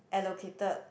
allocated